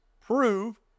prove